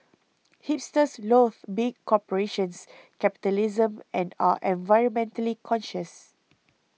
hipsters loath big corporations capitalism and are an very environmentally conscious